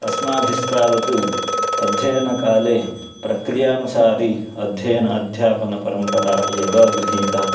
अस्माभिस्तावत् अध्ययनकाले प्रक्रियानुसारि अध्ययनम् अध्यापनपरम्परा एव गृहीता